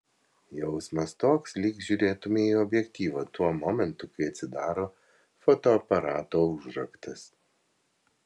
jausmas toks lyg žiūrėtumei į objektyvą tuo momentu kai atsidaro fotoaparato užraktas